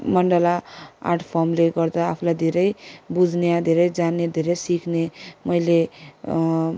Mandla art फर्मले गर्दा आफूलाई धेरै बुझ्ने धेरै जान्ने धेरै सिख्ने मैले